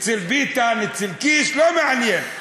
אצל ביטן, אצל קיש, לא מעניין.